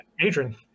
Adrian